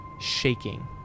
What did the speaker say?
shaking